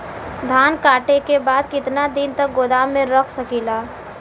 धान कांटेके बाद कितना दिन तक गोदाम में रख सकीला?